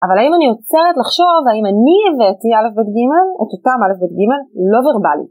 אבל האם אני עוצרת לחשוב האם אני הבאתי א' ב' ג', את אותם א' ב' ג', לא וורבלי